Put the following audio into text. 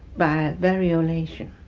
by variolation.